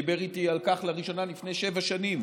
דיבר איתי על כך לראשונה לפני שבע שנים,